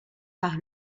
par